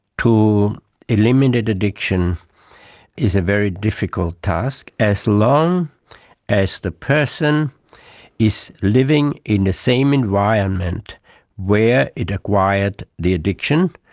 to eliminate addiction is a very difficult task. as long as the person is living in the same environment where it acquired the addiction,